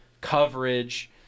coverage